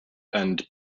and